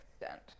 extent